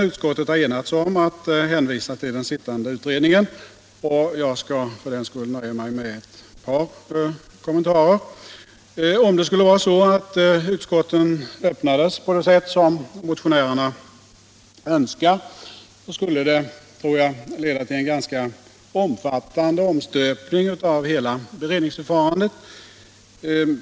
Utskottet har enats om att hänvisa till den sittande utredningen, och jag skall för den skull nöja mig med ett par kommentarer. Om det skulle vara så att utskotten öppnades på det sätt motionärerna önskar skulle det, tror jag, leda till en ganska omfattande omstöpning av hela beredningsförfarandet.